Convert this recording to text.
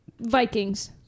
Vikings